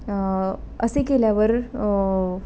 असे केल्यावर